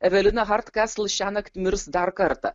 evelinahar kasl šiąnakt mirs dar kartą